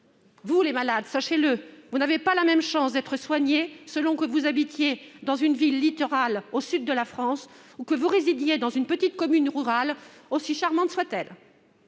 ruraux. Malades, sachez-le : vous n'avez pas la même chance d'être soignés selon que vous habitez dans une ville littorale au sud de la France ou dans une petite commune rurale, aussi charmante soit-elle